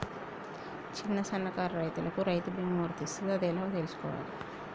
చిన్న సన్నకారు రైతులకు రైతు బీమా వర్తిస్తదా అది ఎలా తెలుసుకోవాలి?